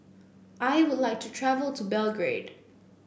I would like to travel to Belgrade